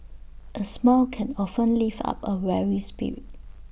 A smile can often lift up A weary spirit